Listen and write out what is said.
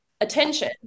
attention